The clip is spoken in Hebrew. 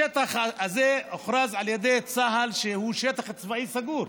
השטח הזה, הוכרז על ידי צה"ל שהוא שטח צבאי סגור.